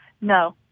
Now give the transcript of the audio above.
No